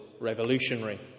revolutionary